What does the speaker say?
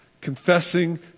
confessing